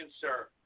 sir